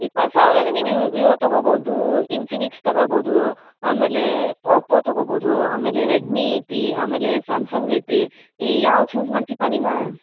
ಇಪ್ಪತ್ತು ಸಾವಿರ ಅಂದ್ರ ನೀವು ವಿವೊ ತಗೊಬೌದೂ ಇನ್ಫಿನಿಕ್ಸ್ ತಗೊಬೌದೂ ಆಮೇಲೆ ಒಪ್ಪೊ ತಗೊಬೋದೂ ಆಮೇಲೆ ರೆಡ್ಮೀ ಐತಿ ಆಮೇಲೆ ಸ್ಯಾಮ್ಸಂಗ್ ಐತಿ ಈ ಯಾವ್ದು ಚೂಸ್ ಮಾಡ್ತಿಪ್ಪ ನೀನು